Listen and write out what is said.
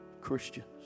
Christians